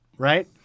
Right